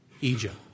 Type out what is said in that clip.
Egypt